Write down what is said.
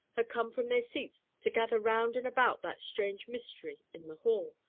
had come from their seats to gather round and about that strange mystery in the hall,